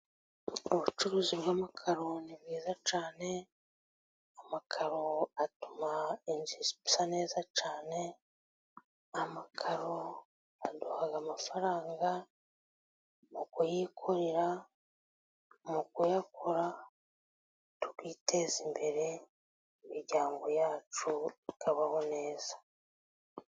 Ubucuruzi bw'amakaro ni bwiza cyane. Amakaro atuma inzu zisa neza cyane, amakaro aduha amafaranga mu kuyikorera, mu kuyakora, twiteza imbere; imiryango yacu ikabaho neza.